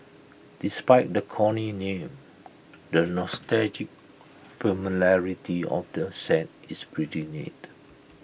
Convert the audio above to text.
despite the corny name the nostalgic familiarity of the set is pretty neat